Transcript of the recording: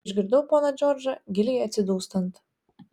išgirdau poną džordžą giliai atsidūstant